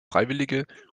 freiwillige